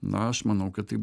na aš manau kad tai